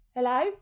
Hello